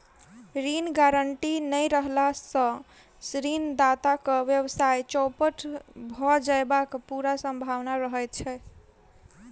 ऋण गारंटी नै रहला सॅ ऋणदाताक व्यवसाय चौपट भ जयबाक पूरा सम्भावना रहैत छै